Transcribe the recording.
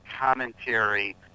commentary